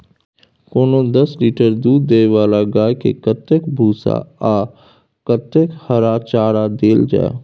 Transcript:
कोनो दस लीटर दूध दै वाला गाय के कतेक भूसा आ कतेक हरा चारा देल जाय?